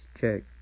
check